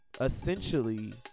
essentially